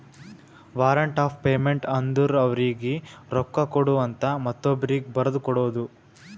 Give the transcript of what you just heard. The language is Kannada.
ವಾರಂಟ್ ಆಫ್ ಪೇಮೆಂಟ್ ಅಂದುರ್ ಅವರೀಗಿ ರೊಕ್ಕಾ ಕೊಡು ಅಂತ ಮತ್ತೊಬ್ರೀಗಿ ಬರದು ಕೊಡೋದು